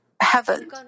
heaven